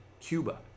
Cuba